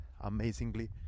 amazingly